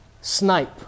snipe